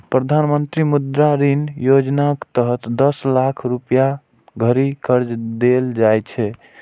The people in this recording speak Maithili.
प्रधानमंत्री मुद्रा ऋण योजनाक तहत दस लाख रुपैया धरि कर्ज देल जाइ छै